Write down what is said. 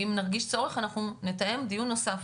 ואם נרגיש צורך אנחנו נתאם דיון נוסף,